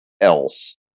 else